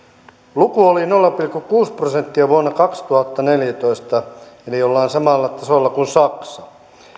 luku oli nolla pilkku kuusi prosenttia vuonna kaksituhattaneljätoista eli ollaan samalla tasolla kuin saksa